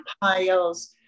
piles